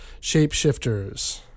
Shapeshifters